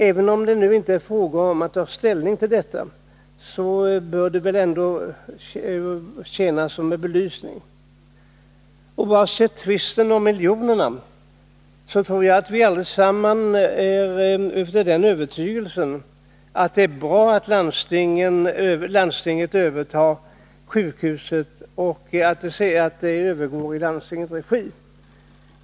Även om det nu inte är fråga om att ta ställning till detta avtal, kan det ändå tjäna till belysning av frågan. Oavsett tvisten om miljonerna, tror jag att vi alla anser att det är bra att landstinget övertar sjukhuset.